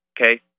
Okay